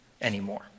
anymore